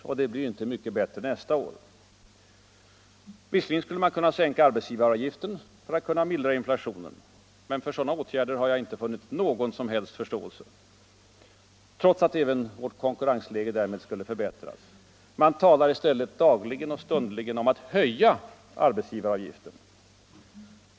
Och det blir inte mycket bättre nästa år. Visserligen skulle man kunna sänka arbetsgivaravgiften för att mildra inflationen. Men för sådana åtgärder har jag inte kunnat finna någon som helst förståelse, trots att även vårt konkurrensläge därmed skulle förbättras. Man talar i stället dagligen och stundligen om att höja arbetsgivaravgiften.